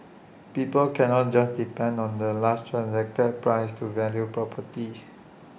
people cannot just depend on the last transacted prices to value properties